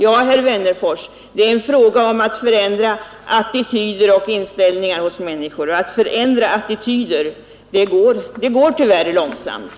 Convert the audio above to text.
Jag vill säga till honom att detta är en fråga om att förändra attityder och inställningar hos människor — och att förändra attityder går tyvärr långsamt.